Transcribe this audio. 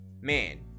Man